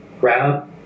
grab